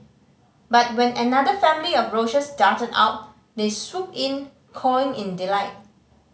but when another family of roaches darted out they swooped in cawing in delight